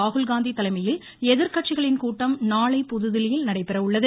ராகுல் காந்தி தலைமையில் எதிர்க்கட்சிகளின் கூட்டம் நாளை புதுதில்லியில் நடைபெற உள்ளது